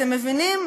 אתם מבינים?